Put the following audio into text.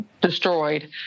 destroyed